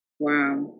Wow